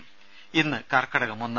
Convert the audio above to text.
രേര ഇന്ന് കർക്കടകം ഒന്ന്